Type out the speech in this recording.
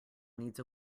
needs